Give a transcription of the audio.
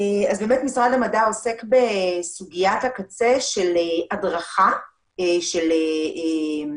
אז באמת משרד המדע עוסק בסוגיית הקצה של הדרכה של האזרחים,